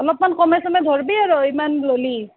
অলপমান কমাই চমাই ধৰবি আৰু ইমান ল'লি